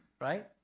right